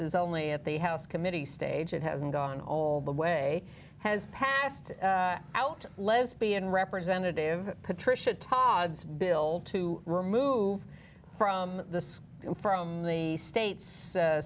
is only at the house committee stage and hasn't gone all the way has passed out lesbian representative patricia todd's bill to remove from this from the state's